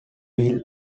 will